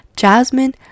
jasmine